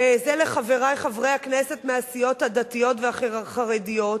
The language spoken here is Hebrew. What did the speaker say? וזה לחברי חברי הכנסת מהסיעות הדתיות והחרדיות,